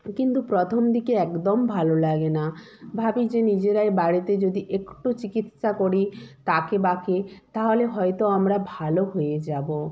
কিন্তু প্রথম দিকে একদম ভালো লাগে না ভাবি যে নিজেরাই বাড়িতে যদি একটু চিকিৎসা করি তাকে বাকে তাহলে হয়তো আমরা ভালো হয়ে যাবো